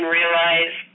realize